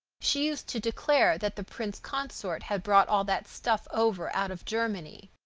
she used to declare that the prince consort had brought all that stuff over out of germany.